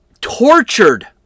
tortured